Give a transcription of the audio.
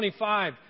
25